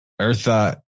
eartha